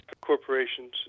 corporations